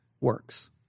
works